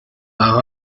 par